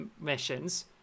missions